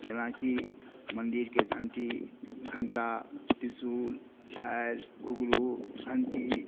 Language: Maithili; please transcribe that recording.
जेनाकि मन्दिरके घण्टी घण्टा त्रिशूल झालि घुँघरू घण्टी